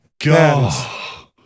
God